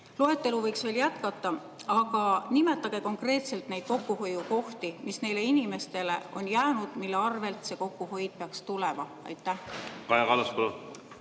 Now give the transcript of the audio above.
loetelu võiks veel jätkata –, ja nimetaksite konkreetselt kokkuhoiukohti, mis neile inimestele on jäänud? Mille arvel see kokkuhoid peaks tulema? Aitäh,